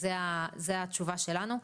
זו התשובה שלנו.